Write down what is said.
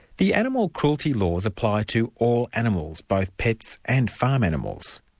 the animal cruelty laws apply to all animals, both pets and farm animals.